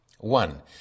One